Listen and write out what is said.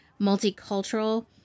multicultural